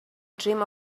dream